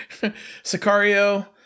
Sicario